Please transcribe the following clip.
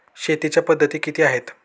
शेतीच्या पद्धती किती आहेत?